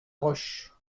roche